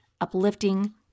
uplifting